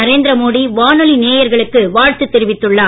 நரேந்திர மோடி வானொலி நேயர்களுக்கு வாழ்த்து தெரிவித்துள்ளார்